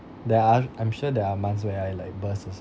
there are I'm sure there are months where I like burst also